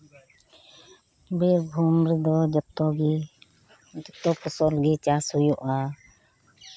ᱵᱤᱨᱵᱷᱩᱢ ᱨᱮᱫᱚ ᱡᱚᱛᱜᱮ ᱡᱚᱛᱚ ᱯᱷᱚᱥᱚᱞ ᱜᱮ ᱪᱟᱥ ᱦᱩᱭᱩᱜᱼᱟ